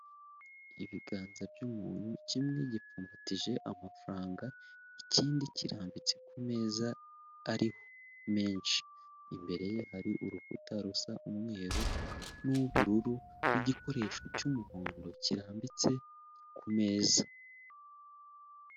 Ibiganza by'umuntu kimwe gipfumbatije amafaranga ikindi kirambitse ku meza ariho menshi, imbere ye hari urukuta rusa umweru n'ubururu n'igikoresho cy'umuhondo kirambitse ku meza.